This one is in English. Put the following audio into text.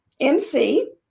MC